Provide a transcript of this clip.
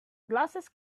glasses